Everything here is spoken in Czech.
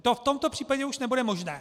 To v tomto případě už nebude možné.